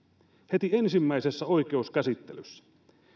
heti ensimmäisessä oikeuskäsittelyssä